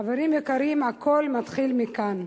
חברים יקרים, הכול מתחיל מכאן.